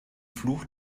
fluch